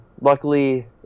Luckily